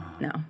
No